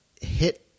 hit